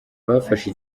bafashe